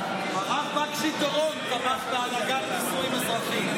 הרב בקשי דורון תמך בהנהגת נישואין אזרחיים,